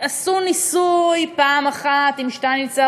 עשו ניסוי פעם אחת עם שטייניץ,